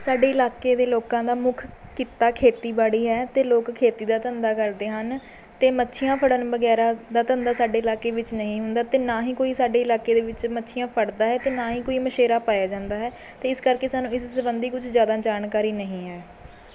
ਸਾਡੇ ਇਲਾਕੇ ਦੇ ਲੋਕਾਂ ਦਾ ਮੁੱਖ ਕਿੱਤਾ ਖੇਤੀਬਾੜੀ ਹੈ ਅਤੇ ਲੋਕ ਖੇਤੀ ਦਾ ਧੰਦਾ ਕਰਦੇ ਹਨ ਅਤੇ ਮੱਛੀਆਂ ਫੜ੍ਹਨ ਵਗੈਰਾ ਦਾ ਧੰਦਾ ਸਾਡੇ ਇਲਾਕੇ ਵਿੱਚ ਨਹੀਂ ਹੁੰਦਾ ਅਤੇ ਨਾ ਹੀ ਕੋਈ ਸਾਡੇ ਇਲਾਕੇ ਦੇ ਵਿੱਚ ਮੱਛੀਆਂ ਫੜ੍ਹਦਾ ਏ ਅਤੇ ਨਾ ਹੀ ਕੋਈ ਮਛੇਰਾ ਪਾਇਆ ਜਾਂਦਾ ਹੈ ਅਤੇ ਇਸ ਕਰਕੇ ਸਾਨੂੰ ਇਸ ਸੰਬੰਧੀ ਕੁਝ ਜ਼ਿਆਦਾ ਜਾਣਕਾਰੀ ਨਹੀਂ ਹੈ